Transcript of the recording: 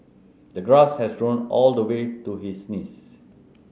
the grass has grown all the way to his knees